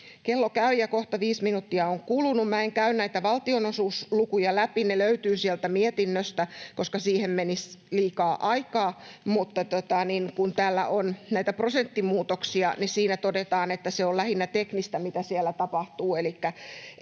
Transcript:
Kello käy, ja kohta 5 minuuttia on kulunut. Minä en käy näitä valtionosuuslukuja läpi — ne löytyvät sieltä mietinnöstä — koska siihen menisi liikaa aikaa, mutta kun täällä on näitä prosenttimuutoksia, niin siinä todetaan, että se on lähinnä teknistä, mitä siellä tapahtuu.